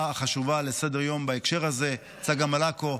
החשובה לסדר-היום בנושא הזה: צגה מלקו,